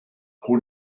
pro